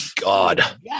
God